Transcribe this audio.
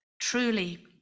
truly